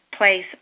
place